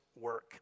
work